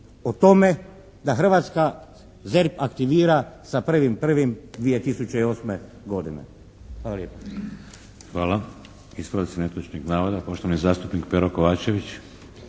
o tome da Hrvatska ZERP aktivira sa 1.1.2008. godine. Hvala